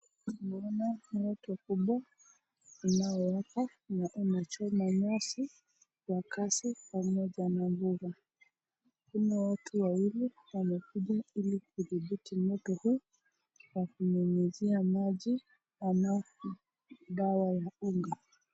Tunaona moto kubwa unaowaka na unachoma nyasi kwa kasi pamoja na mvua. Tunaona watu wawili wamekuja ili kudhibiti moto huu kwa kunyunyuzia maji ama dawa ya unga.